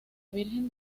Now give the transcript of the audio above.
virgen